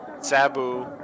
Sabu